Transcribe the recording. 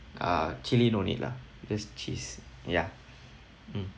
uh chilli no need lah just cheese ya mm